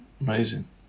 Amazing